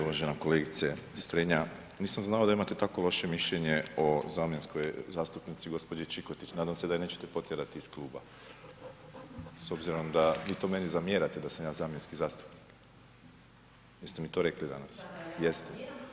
Uvažena kolegice Strenja, nisam znao da imate tako loše mišljenje o zamjenskoj zastupnici gospođi Čikotić, nadam se da je nećete potjerati iz kluba s obzirom da vi to meni zamjerate da sam ja zamjenski zastupnik, vi ste mi to rekli danas, jeste.